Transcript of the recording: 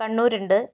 കണ്ണൂരുണ്ട്